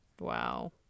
Wow